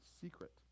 secret